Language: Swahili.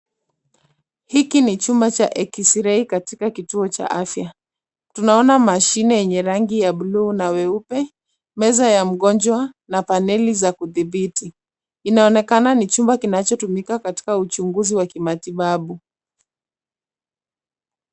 Hiki ni chumba cha eksirai katika kituo cha afya. Tunaona mashine yenye rangi ya buluu na weupe, meza ya mgonjwa, na paneli za kudhibiti. Inaonekana ni chumba kinachotumika katika uchunguzi wa kimatibabu.